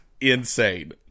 insane